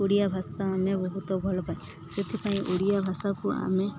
ଓଡ଼ିଆ ଭାଷା ଆମେ ବହୁତ ଭଲ ସେଥିପାଇଁ ଓଡ଼ିଆ ଭାଷାକୁ ଆମେ